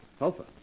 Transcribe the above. Alpha